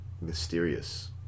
mysterious